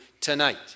tonight